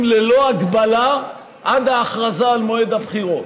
ללא הגבלה עד ההכרזה על מועד הבחירות.